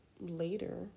later